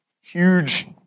huge